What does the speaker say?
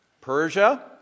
Persia